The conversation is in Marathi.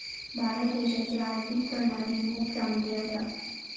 भारत देशाची आर्थिक प्रणाली मोप चांगली असा